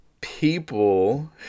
people